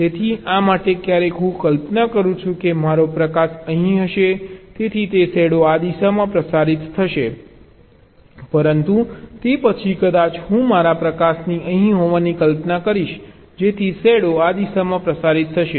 તેથી આ માટે ક્યારેક હું કલ્પના કરું છું કે મારો પ્રકાશ અહીં હશે જેથી તે શેડો આ દિશામાં પ્રસારિત થશે પરંતુ તે પછી કદાચ હું મારા પ્રકાશની અહીં હોવાની કલ્પના કરીશ જેથી શેડો આ દિશામાં પ્રસારિત થશે